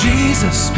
Jesus